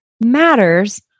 matters